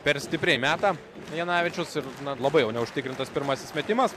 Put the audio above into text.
per stipriai meta janavičius ir na labai jau neužtikrintas pirmasis metimas